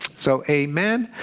so a man